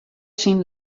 syn